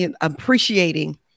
appreciating